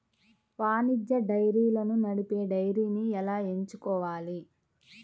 వాణిజ్య డైరీలను నడిపే డైరీని ఎలా ఎంచుకోవాలి?